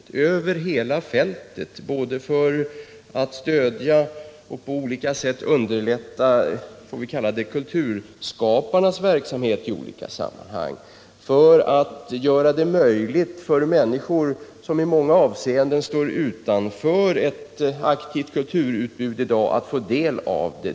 Det behövs insatser över hela fältet, både för att stödja och på olika sätt underlätta kulturskaparnas - om jag tillåts kalla dem så — verksamhet i olika sammanhang och för att göra det möjligt för människor som i många avseenden står utanför ett aktivt kulturutbud att få del av ett sådant.